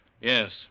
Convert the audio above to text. Yes